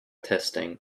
testing